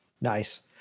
nice